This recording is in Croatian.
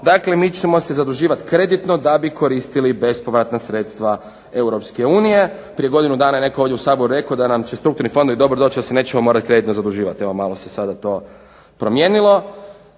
dakle mi ćemo se zaduživati kreditno da bi koristili besplatna sredstva Europske unije. Prije godinu dana je netko ovdje u Saboru rekao da nam će strukturni fondovi dobro doći jer se nećemo morati kreditno zaduživat. Evo malo se sada to promijenilo.